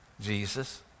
Jesus